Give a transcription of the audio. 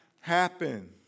happen